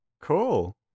cool